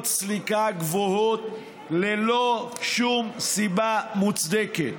סליקה גבוהות ללא שום סיבה מוצדקת.